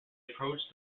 approached